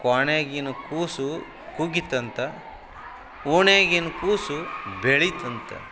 ಕೋಣೆಗಿನ ಕೂಸು ಕೂಗಿತಂತೆ ಓಣೇಗಿನ ಕೂಸು ಬೆಳಿತಂತೆ